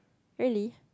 really